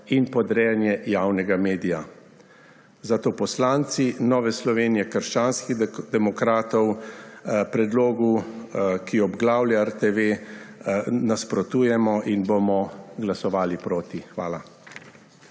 in podrejanje javnega medija. Zato poslanci Nove Slovenije − krščanskih demokratov predlogu, ki obglavlja RTV, nasprotujemo in bomo glasovali proti. Hvala.